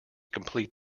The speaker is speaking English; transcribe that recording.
complete